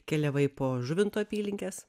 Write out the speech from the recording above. keliavai po žuvinto apylinkes